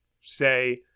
say